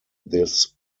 this